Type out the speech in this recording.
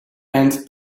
and